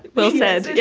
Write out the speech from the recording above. well said, yeah